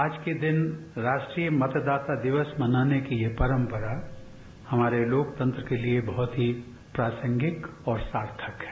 आज के दिन राष्ट्रीय मतदाता दिवस मनाने की ये परंपरा हमारे लोकतंत्र के लिए बहुत ही प्रासंगिक और सार्थक है